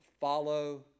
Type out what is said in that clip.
follow